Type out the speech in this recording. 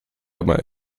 aber